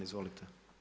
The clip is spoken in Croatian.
Izvolite.